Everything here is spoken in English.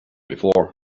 before